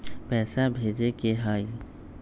पैसा भेजे के हाइ?